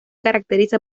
caracteriza